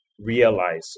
realize